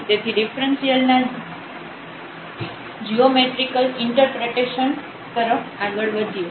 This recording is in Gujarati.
તેથી ડિફ્રન્સિઅલ ના જીઓમેટ્રિકલ ઇન્ટરપ્રટેશન તરફ આગળ વધીએ